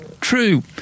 true